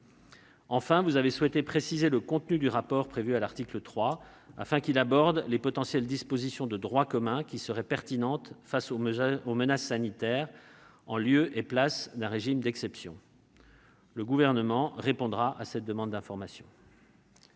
Enfin, vous avez souhaité préciser le contenu du rapport prévu à l'article 3, afin qu'il aborde les potentielles dispositions de droit commun qui seraient pertinentes face aux menaces sanitaires, en lieu et place d'un régime d'exception. Le Gouvernement répondra à cette demande d'information.